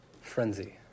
frenzy